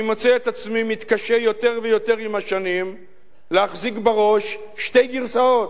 אני מוצא את עצמי מתקשה יותר ויותר עם השנים להחזיק בראש שתי גרסאות,